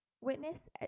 Witness